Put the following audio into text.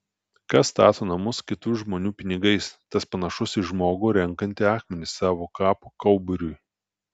kas stato namus kitų žmonių pinigais tas panašus į žmogų renkantį akmenis savo kapo kauburiui